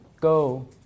go